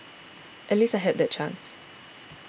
at least I had that chance